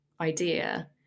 idea